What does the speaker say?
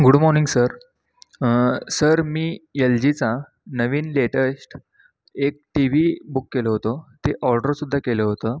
good morning sir sir मी एलजीचा नवीन लेटेस्ट एक टी व्ही बुक केलं होतो ते ऑर्डर सुद्धा केलं होतं